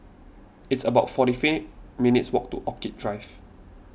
it's about forty three minutes' walk to Orchid Drive